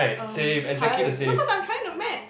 erm Paya-Leb~ no cause I'm tryna match